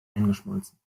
eingeschmolzen